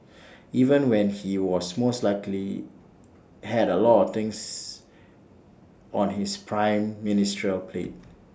even when he was most likely had A lot of things on his prime ministerial plate